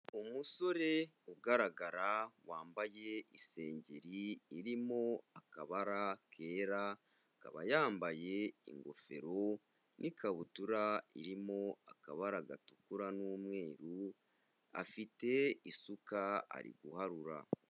Umusore ugaragara wambaye isengeri irimo akabara kera, akaba yambaye ingofero n'ikabutura irimo akabara gatukura n'umweru, afite isuka ari guharura.